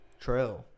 True